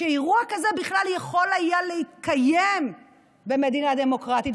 שאירוע כזה בכלל יכול היה להתקיים במדינה דמוקרטית.